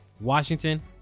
Washington